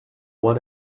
what